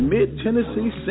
Mid-Tennessee